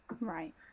right